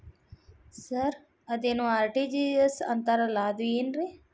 Sir ಅದೇನು RTGS ಅಂತಾರಲಾ ಅದು ಏನ್ರಿ?